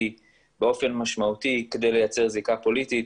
באופן משמעותי כדי לייצר זיקה פוליטית,